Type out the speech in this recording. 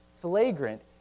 flagrant